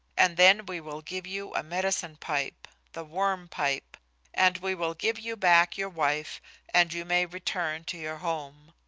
and then we will give you a medicine pipe the worm pipe and we will give you back your wife and you may return to your home.